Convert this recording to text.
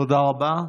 תודה רבה.